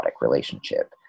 relationship